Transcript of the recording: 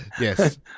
Yes